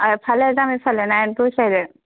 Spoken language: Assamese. আৰু এফালে যাম ইফালে নাৰায়ণপুৰ চাইডে